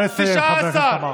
19 ביום חם.